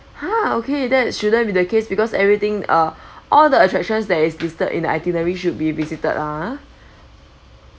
ha okay that shouldn't be the case because everything uh all the attractions that is listed in the itinerary should be visited ah